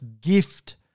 gift